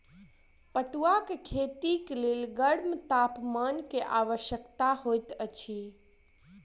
पटुआक खेती के लेल गर्म तापमान के आवश्यकता होइत अछि